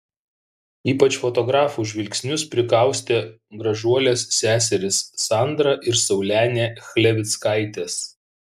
ypač fotografų žvilgsnius prikaustė gražuolės seserys sandra ir saulenė chlevickaitės